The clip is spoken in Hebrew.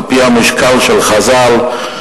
על-פי המשקל של חז"ל,